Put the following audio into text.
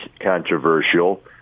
controversial